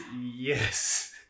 yes